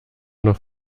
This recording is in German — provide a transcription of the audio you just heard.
noch